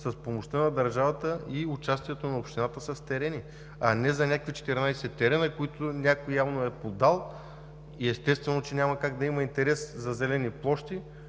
с помощта на държавата и участието на общината с терени, а не за някакви 14 терена, които някой явно е подал и, естествено, че няма как да има интерес за зелени площи,